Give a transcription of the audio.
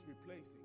replacing